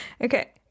Okay